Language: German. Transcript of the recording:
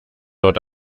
dort